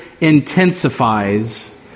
intensifies